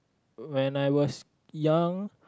when I was young